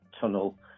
tunnel